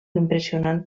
impressionant